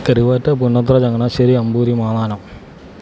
Karuvatta Punnothara Changanassery Amboori Mannanam